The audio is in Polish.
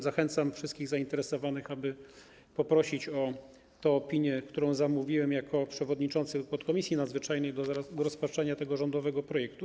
Zachęcam wszystkich zainteresowanych, aby poprosili o tę opinię, którą zamówiłem jako przewodniczący podkomisji nadzwyczajnej do rozpatrzenia tego rządowego projektu.